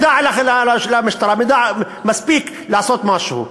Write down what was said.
למשטרה מידע, מידע מספיק לעשות משהו.